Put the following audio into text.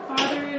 Father